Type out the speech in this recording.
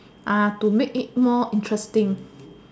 to make it more interesting